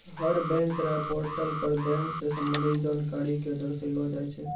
हर bank र portal पर bank स संबंधित जानकारी क दर्शैलो जाय छै